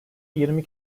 yirmi